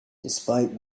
despite